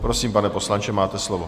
Prosím, pane poslanče, máte slovo.